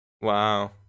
Wow